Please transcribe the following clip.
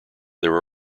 there